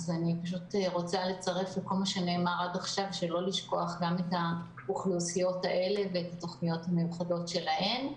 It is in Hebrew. וצריך לא לשכוח גם את האוכלוסיות האלה ואת התוכניות המיוחדות שלהן.